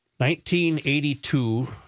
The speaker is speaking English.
1982